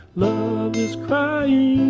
love is crying